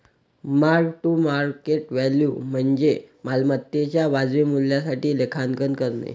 mark to market value म्हणजे मालमत्तेच्या वाजवी मूल्यासाठी लेखांकन करणे